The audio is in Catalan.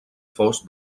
fos